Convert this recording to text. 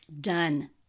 done